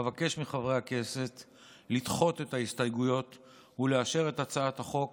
אבקש מחברי הכנסת לדחות את ההסתייגויות ולאשר את הצעת החוק